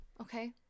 okay